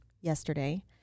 yesterday